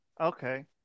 okay